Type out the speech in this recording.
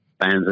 fans